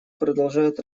продолжает